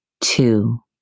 Two